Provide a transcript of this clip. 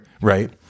Right